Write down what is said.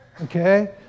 okay